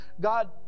God